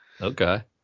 Okay